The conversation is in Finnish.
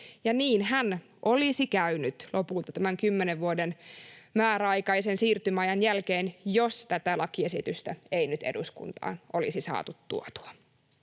niinhän olisi käynyt lopulta tämän kymmenen vuoden määräaikaisen siirtymäajan jälkeen, jos tätä lakiesitystä ei nyt eduskuntaan olisi saatu tuotua.